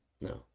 No